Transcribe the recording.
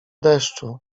deszczu